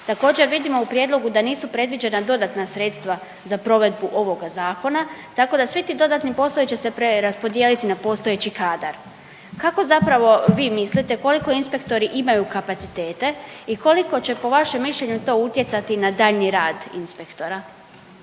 Također, vidimo u prijedlogu da nisu predviđena dodatna sredstva za provedbu ovoga zakona tako da svi ti dodatni poslovi će se rasporediti na postojeći kadar. Kako zapravo vi mislite, koliko inspektori imaju kapacitete i koliko će po vašem mišljenju to utjecati na daljnji rad inspektora?